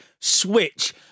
Switch